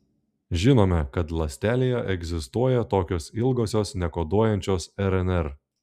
žinome kad ląstelėje egzistuoja tokios ilgosios nekoduojančios rnr